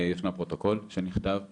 ישנו פרוטוקול שנכתב בריאיונות.